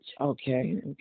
Okay